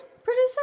Producer